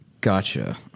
Gotcha